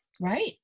right